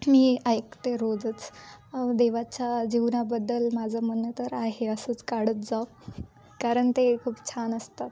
मी ऐकते रोजच देवाच्या जीवनाबद्दल माझं म्हणणं तर आहे असंच काढत जाऊ कारण ते खूप छान असतात